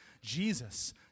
Jesus